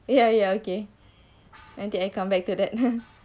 ya ya okay later I come back to that